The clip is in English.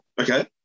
Okay